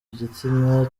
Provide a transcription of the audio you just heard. igitsina